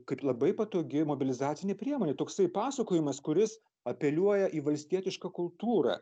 kaip labai patogi mobilizacinė priemonė toksai pasakojimas kuris apeliuoja į valstietišką kultūrą